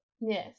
Yes